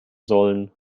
sollen